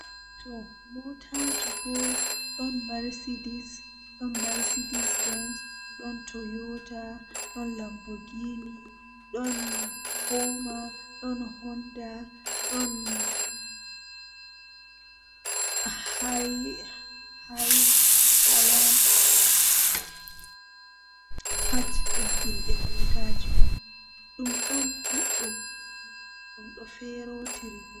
Windooji haa babal kugal am guda didi.